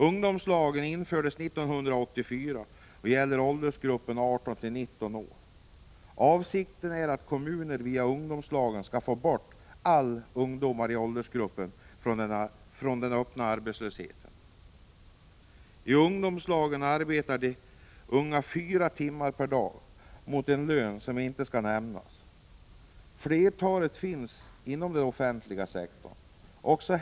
Ungdomslagen infördes 1984 och gäller åldersgruppen 18-19 år. Avsikten är att kommunerna via ungdomslagen skall få bort alla ungdomar i den åldersgruppen från öppen arbetslöshet. I ungdomslagen arbetar de unga fyra timmar per dag mot en lön som inte skall nämnas. Flertalet finns inom den offentliga sektorn.